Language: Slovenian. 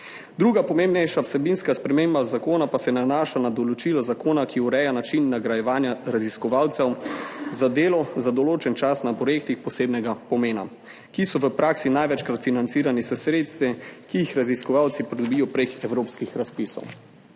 Druga pomembnejša vsebinska sprememba zakona pa se nanaša na določilo zakona, ki ureja način nagrajevanja raziskovalcev za delo za določen čas na projektih posebnega pomena, ki so v praksi največkrat financirani s sredstvi, ki jih raziskovalci pridobijo prek evropskih razpisov.